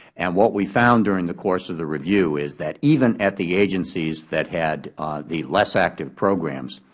and what we found during the course of the review is that even at the agencies that had the less active programs,